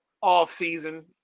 off-season